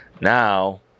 Now